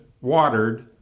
watered